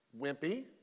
wimpy